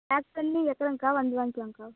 back பண்ணி ஏத்துறேங்கக்கா வந்து வாங்கிகோங்கக்கா